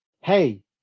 Hey